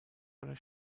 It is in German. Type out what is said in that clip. oder